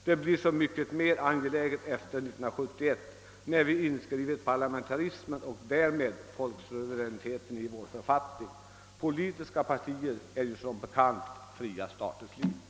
Det blir så mycket mer angeläget efter 1971 när vi inskrivit parlamentarismen och därmed folksuveräniteten i vår författning. Politiska partier är som bekant fria staters liv.